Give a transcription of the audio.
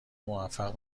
موفق